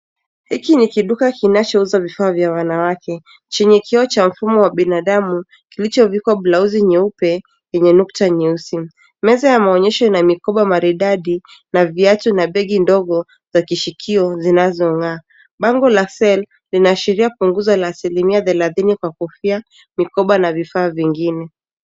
Hiki ni kiduka kinachouza vifaa vya wanawake chenye kioo cha mfumo wa binadamu kilichovikwa blausi nyeupe yenye nukta nyeusi. Meza ya maonyesho ina mikoba maridadi na viatu na begi ndogo za kishikio zinazong'aa. Bango la Sale linaashiria punguzo la asilimia thelathini kwa kofia, mikoba na vifaa vingine.